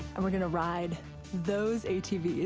and we're going to ride those atvs,